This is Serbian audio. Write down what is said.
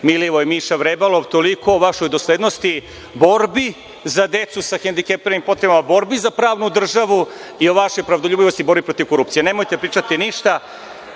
Milivoje Miša Vrebalov. Toliko o vašoj doslednosti, borbi za decu sa hendikepiranim potrebama, borbi za pravnu državu, i o vašoj pravdoljubivosti i borbi protiv korupcije. Nemojte pričati ništa.